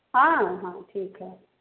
हाँ हाँ ठीक है